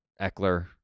Eckler